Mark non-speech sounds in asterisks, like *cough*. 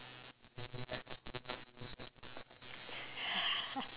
*laughs*